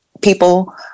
people